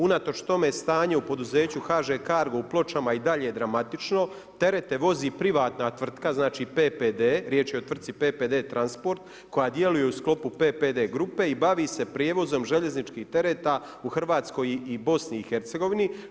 Unatoč tome stanje u poduzeću HŽ kargo u Pločama je i dalje dramatično, terete vozi privatna tvrtka, znači PPD, riječ je o tvrtci PPD transport koja djeluje u sklopu PPD grupe i bavi se prijevozom željezničkih tereta u Hrvatskoj i Bosni i Hercegovini.